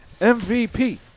MVP